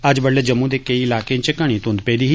अज्ज बडलै जम्मू दे केंई इलाकें च घनी घुंघ पेदी ही